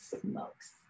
smokes